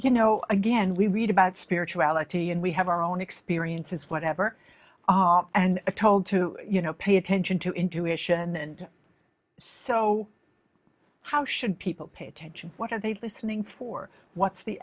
you know again we read about spirituality and we have our own experiences whatever and told to you know pay attention to intuition and so how should people pay attention what are they listening for what's the